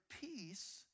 peace